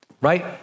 right